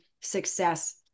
success